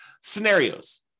scenarios